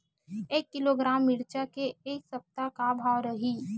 एक किलोग्राम मिरचा के ए सप्ता का भाव रहि?